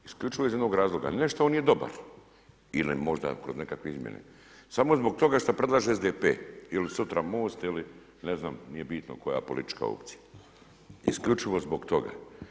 Isključivo iz jednog razloga, ne šta on nije dobar, ili možda kroz nekakve izmjene samo zbog toga što predlaže SDP ili sutra Most ili ne znam, nije bitno koja politička opcija, isključivo zbog toga.